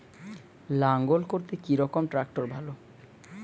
লাঙ্গল করতে কি রকম ট্রাকটার ভালো?